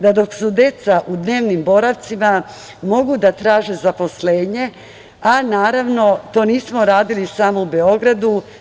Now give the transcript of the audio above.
Dok su deca u dnevnim boravcima mogu da traže zaposlenje, a naravno to nismo radili samo u Beogradu.